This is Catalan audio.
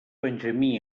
benjamí